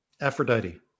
Aphrodite